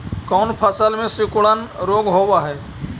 कोन फ़सल में सिकुड़न रोग होब है?